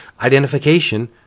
identification